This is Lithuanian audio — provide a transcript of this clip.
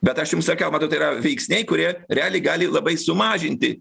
bet aš jums sakau matot tai yra veiksniai kurie realiai gali labai sumažinti